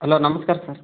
hello ನಮಸ್ಕಾರ sir